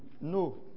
No